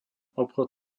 obchod